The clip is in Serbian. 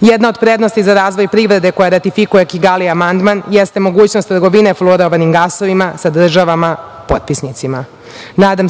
jedna od prednosti za razvoj privrede koja ratifikuje Kigali amandman, jeste mogućnost trgovine fluorovanim gasovima sa državama potpisnicima. Nadam